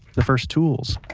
the first tools.